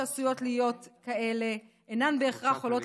שעשויות להיות כאלה שאינן בהכרח עולות